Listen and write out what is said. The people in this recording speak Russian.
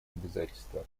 обязательство